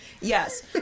Yes